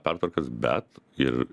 pertvarkas bet ir